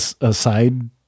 aside